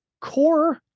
core